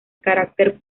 carácter